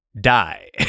die